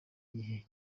igihe